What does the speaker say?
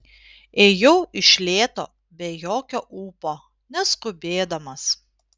ėjau iš lėto be jokio ūpo neskubėdamas